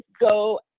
go